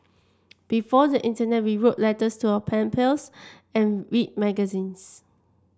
before the internet we wrote letters to our pen pals and read magazines